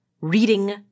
reading